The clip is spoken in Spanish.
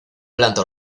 planta